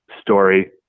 story